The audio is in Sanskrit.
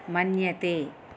मन्यते